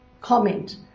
comment